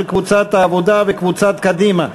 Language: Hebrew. של קבוצת העבודה וקבוצת קדימה.